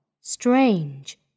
Strange